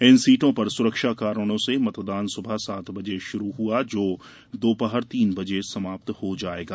इन सीटो पर सुरक्षा कारणों से मतदान सुबह सात बजे शुरू हुआ जो दोपहर तीन बजे समाप्त हो जायेगा